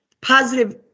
positive